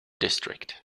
district